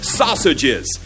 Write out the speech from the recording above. sausages